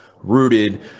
Rooted